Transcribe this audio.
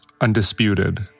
undisputed